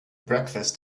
breakfast